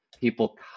people